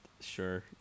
Sure